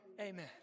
Amen